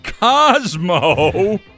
Cosmo